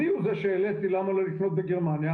אני הוא זה שהעליתי למה לא לקנות בגרמניה,